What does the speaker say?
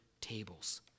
tables